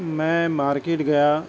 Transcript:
میں مارکیٹ گیا